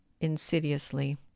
insidiously